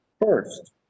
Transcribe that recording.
first